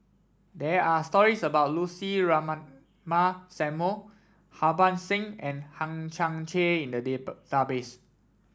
there are stories about Lucy Ratnammah Samuel Harbans Singh and Hang Chang Chieh in the